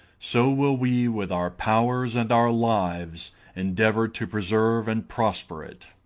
so will we with our powers and our lives endeavour to preserve and prosper it.